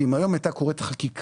שאם היום הייתה קורית החקיקה,